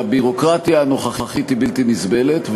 והביורוקרטיה הנוכחית היא בלתי נסבלת,